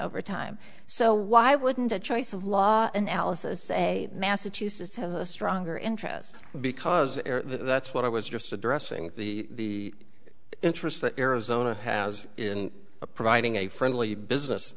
overtime so why wouldn't a choice of law analysis say massachusetts has a stronger interest because that's what i was just addressing the interest that arizona has in providing a friendly business